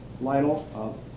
Lytle